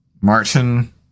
Martin